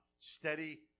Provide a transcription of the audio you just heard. steady